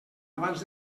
abans